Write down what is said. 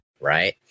right